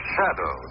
Shadow